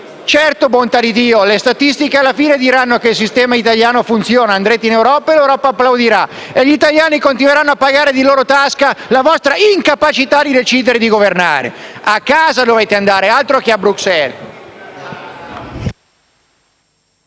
seri. Certo, le statistiche alla fine diranno che il sistema italiano funziona, andrete in Europa ed essa vi applaudirà, e gli italiani continueranno a pagare di loro tasca la vostra incapacità di decidere di governare. A casa dovete andare, altro che a Bruxelles!